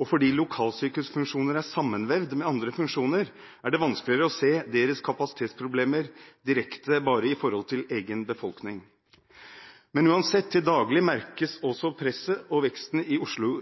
og fordi lokalsykehusfunksjoner er sammenvevd med andre funksjoner, er det vanskeligere å se deres kapasitetsproblemer direkte bare i forhold til egen befolkning. Uansett merkes til daglig presset og veksten også ved Oslo